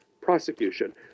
prosecution